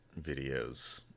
videos